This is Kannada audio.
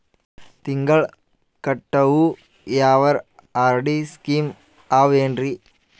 ತಿಂಗಳ ಕಟ್ಟವು ಯಾವರ ಆರ್.ಡಿ ಸ್ಕೀಮ ಆವ ಏನ್ರಿ?